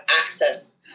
access